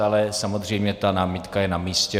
Ale samozřejmě ta námitka je namístě.